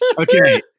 Okay